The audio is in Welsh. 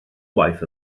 waith